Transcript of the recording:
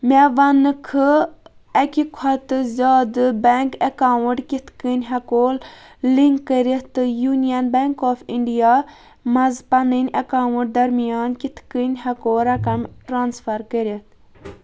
مےٚ وَنکھٕ اَکہِ کھۄتہٕ زِیٛادٕ بیٚنٛک اَکاوُنٛٹ کِتھٕ کٔنۍ ہٮ۪کہون لِنٛک کٔرِتھ تہٕ یوٗنِیَن بیٚنٛک آف اِنٛڈیا منٛز پَنٕنۍ اَکاونٹَ درمیان کِتھٕ کٔنۍ ہٮ۪کو رَقم ٹرٛانٕسفر کٔرِتھ